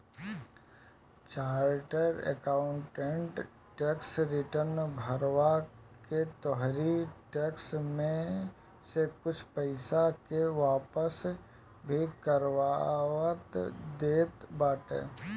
charter accountant tax return भरवा के तोहरी टेक्स में से कुछ पईसा के वापस भी करवा देत बाने